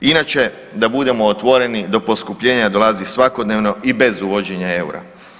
Inače da budemo otvoreni do poskupljenja dolazi svakodnevno i bez uvođenja eura.